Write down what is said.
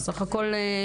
סך הכול,